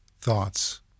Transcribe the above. thoughts